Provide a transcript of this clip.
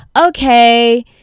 okay